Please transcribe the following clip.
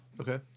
okay